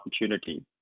opportunity